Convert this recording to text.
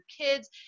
kids